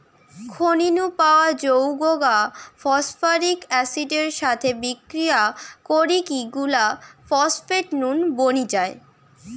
খনি নু পাওয়া যৌগ গা ফস্ফরিক অ্যাসিড এর সাথে বিক্রিয়া করিকি গুলা ফস্ফেট নুন বনি যায়